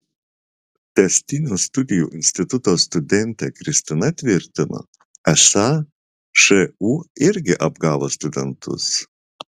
tęstinių studijų instituto studentė kristina tvirtino esą šu irgi apgavo studentus